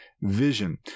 vision